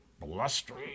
blustery